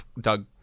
Doug